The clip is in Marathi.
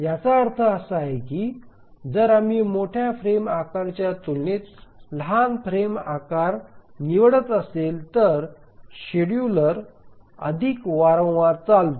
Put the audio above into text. याचा अर्थ असा आहे की जर आम्ही मोठ्या फ्रेम आकाराच्या तुलनेत लहान फ्रेम आकार निवडत असेल तर शेड्यूलर अधिक वारंवार चालतो